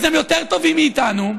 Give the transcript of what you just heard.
אז הם יותר טובים מאיתנו.